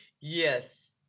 Yes